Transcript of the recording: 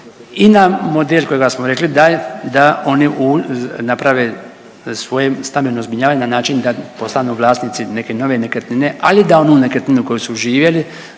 i na model kojega smo rekli da oni naprave svoje stambeno zbrinjavanje na način da postanu vlasnici neke nove nekretnine, ali da onu nekretninu u kojoj su živjeli